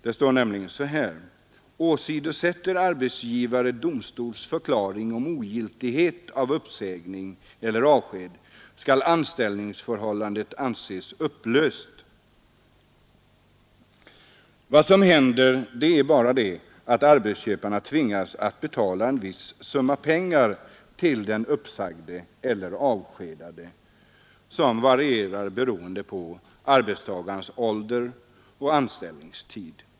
Det står nämligen: ”Åsidosätter arbetsgivare domstols förklaring om ogiltighet av uppsägning eller avsked, skall anställningsförhållandet anses upplöst.” Vad som händer är bara att arbetsköparen tvingas att betala en viss summa pengar till den uppsagde eller avskedade, som varierar beroende på arbetstagarens ålder och anställningstid.